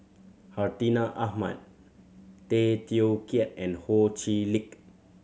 Hartinah Ahmad Tay Teow Kiat and Ho Chee Lick